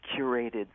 curated